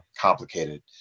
complicated